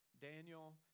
Daniel